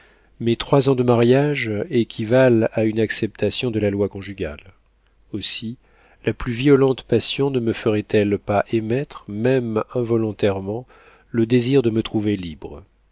mais trois ans de mariage équivalent à une acceptation de la loi conjugale aussi la plus violente passion ne me ferait-elle pas émettre même involontairement le désir de me trouver libre